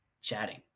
chatting